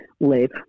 live